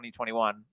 2021